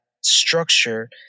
structure